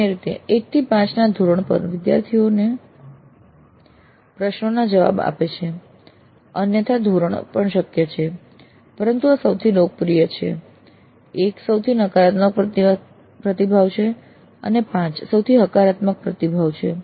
સામાન્ય રીતે 1 થી 5 ના ધોરણ પર વિદ્યાર્થીઓ પ્રશ્નોના જવાબ આપે છે અન્ય ધોરણો પણ શક્ય છે પરંતુ આ સૌથી લોકપ્રિય છે 1 સૌથી નકારાત્મક પ્રતિભાવ છે અને 5 સૌથી હકારાત્મક પ્રતિભાવ છે